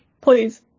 Please